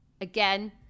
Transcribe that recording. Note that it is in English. again